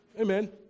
Amen